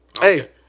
Hey